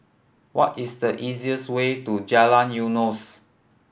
what is the easiest way to Jalan Eunos